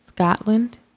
Scotland